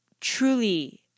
truly